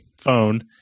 phone